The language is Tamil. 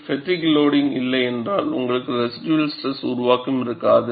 ஃப்பெட்டிக் லோடிங்க் இல்லை என்றால் உங்களுக்கு ரெசிடுயல் ஸ்ட்ரெஸ் உருவாக்கம் இருக்காது